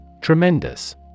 Tremendous